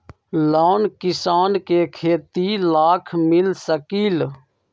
Loan किसान के खेती लाख मिल सकील?